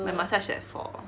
my massage at four